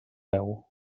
deu